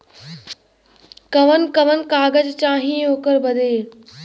कवन कवन कागज चाही ओकर बदे?